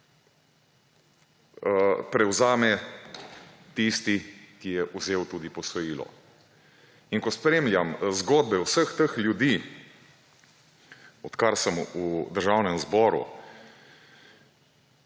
prevzame tisti, ki je vzel tudi posojilo. Ko spremljam zgodbe vseh teh ljudi, odkar sem v Državnem zboru,